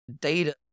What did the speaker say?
data